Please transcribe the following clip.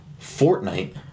Fortnite